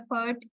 effort